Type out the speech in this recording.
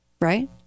right